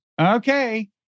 Okay